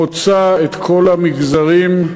חוצה את כל המגזרים.